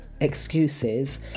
excuses